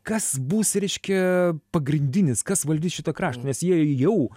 kas bus reiškia pagrindinis kas valdys šitą kraštą nes jie jau